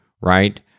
right